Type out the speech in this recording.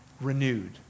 renewed